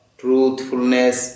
truthfulness